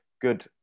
good